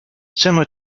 similar